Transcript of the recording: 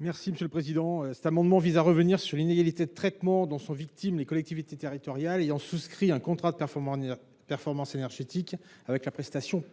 M. Éric Gold. Cet amendement vise à revenir sur l’inégalité de traitement dont sont victimes les collectivités territoriales ayant souscrit un contrat de performance énergétique avec la prestation «